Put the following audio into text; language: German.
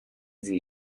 sie